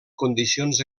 condicions